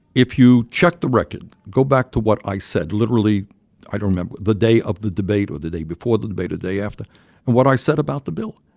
if you check the record, go back to what i said literally i don't remember the day of the debate or the day before the debate, the day after and what i said about the bill.